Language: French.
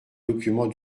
documents